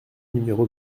numéro